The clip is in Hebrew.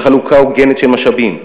של חלוקה הוגנת של משאבים.